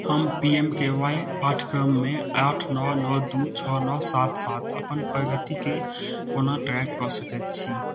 हम P M K Y पाठ्यक्रममे आठ नओ नओ दू छओ नओ सात सात अपन प्रगतिके कोना ट्रैक कऽ सकैत छी